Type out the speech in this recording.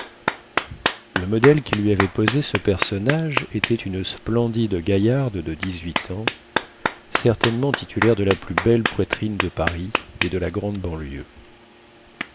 le modèle qui lui avait posé ce personnage était une splendide gaillarde de dix-huit ans certainement titulaire de la plus belle poitrine de paris et de la grande banlieue